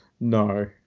No